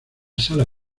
sala